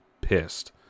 pissed